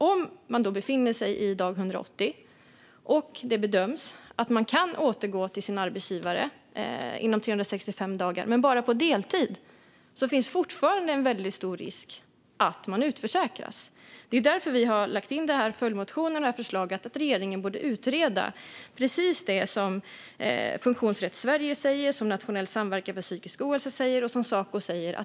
Om man befinner sig i dag 180 och det bedöms att man kan återgå till sin arbetsgivare inom 365 dagar men bara på deltid finns fortfarande en väldigt stor risk att man utförsäkras. Det är därför vi har lagt fram följdmotionen och förslaget att regeringen ska utreda. Det är precis det som Funktionsrätt Sverige säger, som Nationell Samverkan för Psykisk Hälsa säger och som Saco säger.